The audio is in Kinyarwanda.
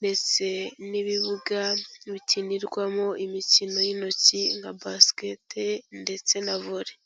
ndetse n'ibibuga bikinirwamo imikino y'intoki nka basket ndetse na voley.